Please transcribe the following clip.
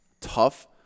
tough